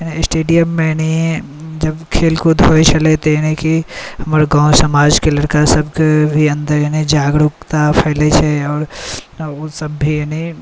स्टेडियममे एनाहे जब खेल कुद होइ छलै तऽ एनाहे कि हमर गाँव समाजके लड़का सभके अन्दर भी जागरूकता फैले छै आओर ओ सभ भी यानि